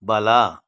ಬಲ